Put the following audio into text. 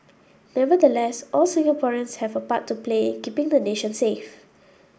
nevertheless all Singaporeans have a part to play in keeping the nation safe